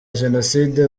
jenoside